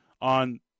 on